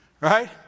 Right